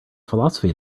philosophy